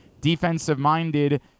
defensive-minded